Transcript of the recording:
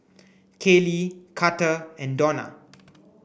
Kaley Carter and Dona